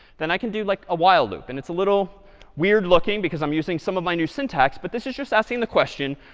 then, i can do like a while loop. and it's a little weird looking, because i'm using some of my new syntax. but this is just asking the question,